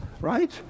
right